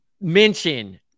mention